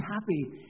happy